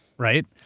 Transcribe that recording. right?